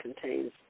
contains